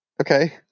okay